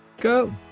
go